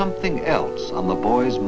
something else on the boy